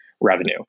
revenue